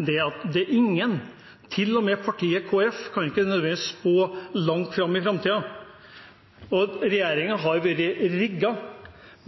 at det er ingen, ikke engang Kristelig Folkeparti, som kan spå inn i framtiden. Regjeringen har vært rigget,